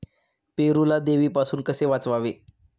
पेरूला देवीपासून कसे वाचवावे?